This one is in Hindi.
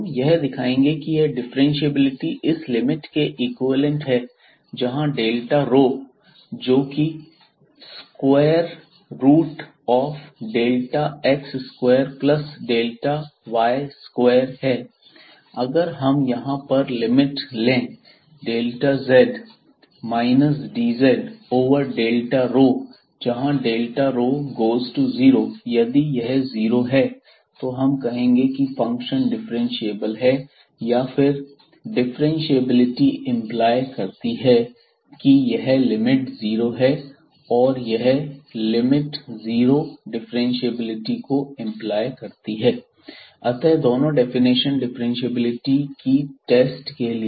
हम यह दिखाएंगे कि यह डिफ्रेंशिएबिलिटी इस लिमिट के इक्विवेलेंट है जहां डेल्टा रोजोकि square root of delta x square plus delta y square है अगर हम यहां पर लिमिट लें delta z dz over delta रोजहां डेल्टा रोगोज़ टू जीरो यदि यह जीरो है तो हम कहेंगे कि फंक्शन डिफरेंशिएबल है या फिर डिफ्रेंशिएबिलिटी एंपलाई करती है कि यह लिमिट जीरो है और यह लिमिट जीरो डिफ्रेंशिएबिलिटी को एंपलाई करती है अतः दोनों डेफिनेशन डिफ्रेंशिएबिलिटी की टेस्ट के लिए